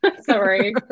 Sorry